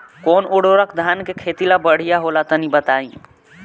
कौन उर्वरक धान के खेती ला बढ़िया होला तनी बताई?